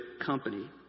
company